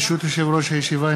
ברשות יושב-ראש הישיבה,